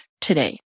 today